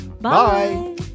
Bye